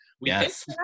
Yes